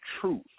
truth